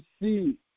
see